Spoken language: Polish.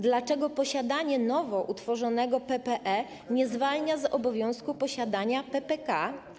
Dlaczego posiadanie nowo utworzonego PPE nie zwalnia z obowiązku posiadania PPK?